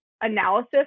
analysis